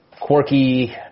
quirky